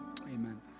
amen